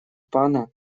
пана